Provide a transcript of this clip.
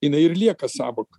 jinai ir lieka sąvoka